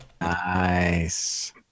Nice